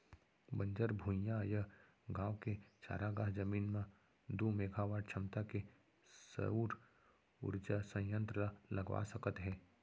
बंजर भुइंयाय गाँव के चारागाह जमीन म दू मेगावाट छमता के सउर उरजा संयत्र ल लगवा सकत हे